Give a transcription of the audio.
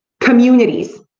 communities